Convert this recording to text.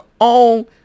own